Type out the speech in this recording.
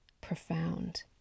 profound